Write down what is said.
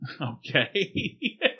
Okay